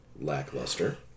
lackluster